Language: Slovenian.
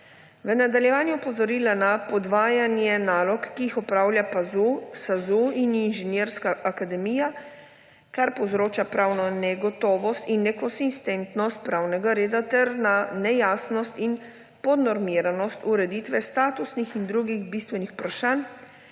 V nadaljevanju je opozorila na podvajanje nalog, ki jih opravljajo PAZU, SAZU in Inženirska akademija, kar povzroča pravno negotovost in nekonsistentnost pravnega reda ter na nejasnost in podnormiranost ureditve statusnih in drugih bistvenih vprašanj,